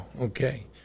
okay